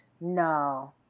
No